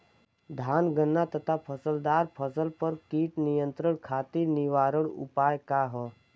धान गन्ना तथा फलदार फसल पर कीट नियंत्रण खातीर निवारण उपाय का ह?